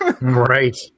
Right